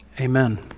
Amen